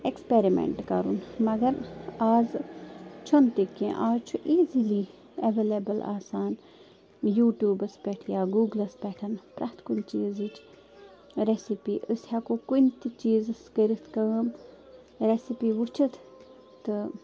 experiment کَرُن مگر آزٕ چھُنہٕ تہِ کیٚنٛہہ آز چھُ ایٖزِلی اٮ۪وَلیبٕل آسان یوٗٹیوٗبَس پٮ۪ٹھ یا گوٗگلَس پٮ۪ٹھ پرٛٮ۪تھ کُنہِ چیٖزٕچ رٮ۪سِپی أسۍ ہٮ۪کو کُنہِ تہِ چیٖزَس کٔرِتھ کٲم رٮ۪سِپی وٕچھِتھ تہٕ